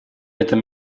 этом